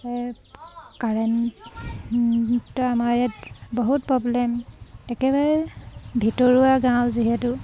current আমাৰ ইয়াত বহুত প্ৰব্লেম একেবাৰে ভিতৰুৱা গাঁও যিহেতু